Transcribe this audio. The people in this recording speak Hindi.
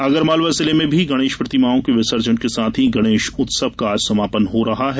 आगरमालवा जिले में भी गणेश प्रतिमाओं के विसर्जन के साथ ही गणेश उत्सव का आज समापन हो जायेगा